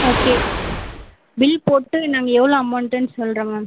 okay bill போட்டு நாங்கள் எவ்வளோ அமௌண்ட்டுன்னு சொல்கிறோம் மேம்